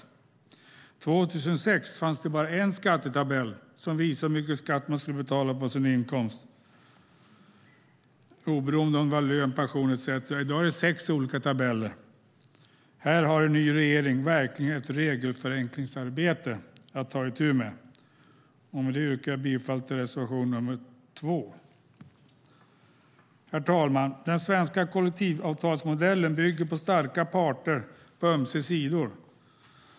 År 2006 fanns det bara en skattetabell som visade hur mycket skatt man skulle betala på sin inkomst oberoende om det var lön, pension etcetera. I dag finns sex olika tabeller. Här har en ny regering verkligen ett regelförenklingsarbete att ta itu med. Med detta yrkar jag bifall till reservation 2. Herr talman! Den svenska kollektivavtalsmodellen bygger på starka parter på ömse sidor.